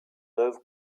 œuvre